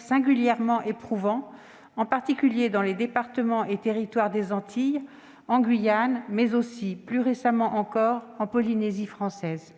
singulièrement éprouvants, en particulier dans les départements et territoires des Antilles, en Guyane, mais aussi, plus récemment encore, en Polynésie française.